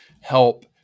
help